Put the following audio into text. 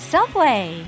Subway